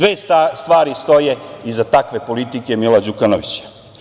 Dve stvari stoje iza takve politike Mila Đukanovića.